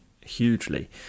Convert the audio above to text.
hugely